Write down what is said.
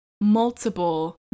multiple